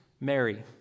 Mary